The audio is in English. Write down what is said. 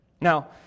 Now